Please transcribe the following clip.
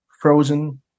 frozen